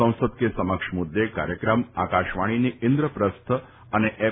સંસદ કે સમક્ષ મુદ્દે કાર્યક્રમ આકાશવાણીની ઇન્દ્રપ્રસ્થ અને એફ